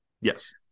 yes